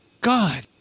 god